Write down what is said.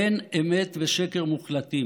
אין אמת ושקר מוחלטים,